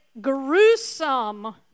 gruesome